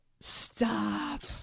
stop